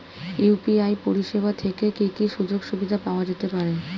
UPI পরিষেবা থেকে কি কি সুযোগ সুবিধা পাওয়া যেতে পারে?